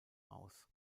aus